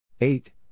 Eight